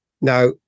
now